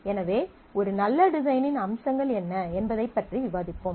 எனவே ஒரு நல்ல டிசைனின் அம்சங்கள் என்ன என்பதைப் பற்றி விவாதிப்போம்